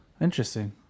Interesting